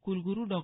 कुलगुरु डॉ